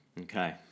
Okay